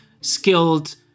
skilled